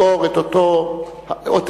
לזכור את אותו "פאי".